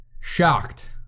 Shocked